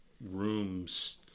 rooms